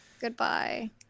goodbye